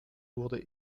wurde